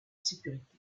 sécurité